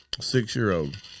Six-year-old